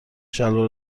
شلوار